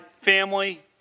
family